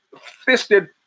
fisted